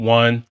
one